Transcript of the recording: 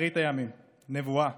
לאחרית הימים, נבואה